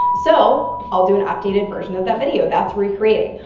so, i'll do an updated version of that video. that's recreating.